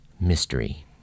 mystery